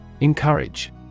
Encourage